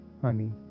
honey